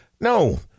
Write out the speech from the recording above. no